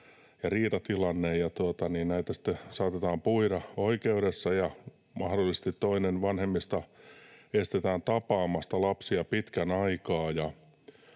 ja riitatilanne, ja näitä sitten saatetaan puida oikeudessa, ja mahdollisesti toista vanhemmista estetään tapaamasta lapsia pitkän aikaa.